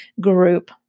group